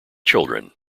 children